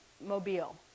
Mobile